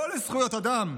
לא לזכויות אדם.